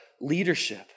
leadership